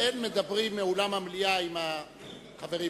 אין מדברים מאולם המליאה עם החברים.